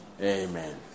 Amen